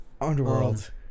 Underworld